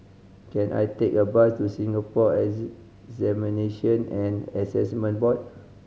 can I take a bus to Singapore Examination and Assessment Board